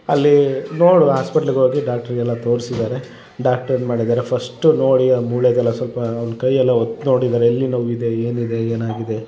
ಅಲ್ಲೀ ನೋಡುವ ಹಾಸ್ಪಿಟ್ಲಿಗೆ ಹೋಗಿ ಡಾಕ್ಟ್ರಿಗೆಲ್ಲ ತೋರ್ಸಿದಾರೆ ಡಾಕ್ಟ್ರ್ ಏನು ಮಾಡಿದಾರೆ ಫಸ್ಟ್ ನೋಡಿ ಆ ಮೊಳೆದೆಲ್ಲ ಸ್ವಲ್ಪ ಅವ್ನ ಕೈಯೆಲ್ಲ ಒತ್ತಿ ನೋಡಿದಾರೆ ಎಲ್ಲಿ ನೋವಿದೆ ಏನಿದೆ ಏನಾಗಿದೆ